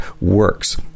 works